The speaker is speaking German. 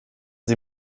sie